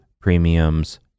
premiums